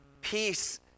Peace